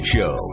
Show